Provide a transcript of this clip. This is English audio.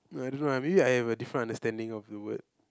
no lah I don't know maybe I have a different understanding of the word